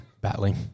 Battling